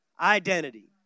Identity